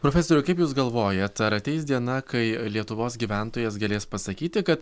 profesoriau kaip jūs galvojat ar ateis diena kai lietuvos gyventojas galės pasakyti kad